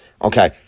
Okay